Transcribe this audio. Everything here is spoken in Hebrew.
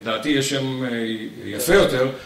דעתי יש שם יפה יותר